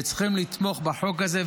וצריכים לתמוך בחוק הזה.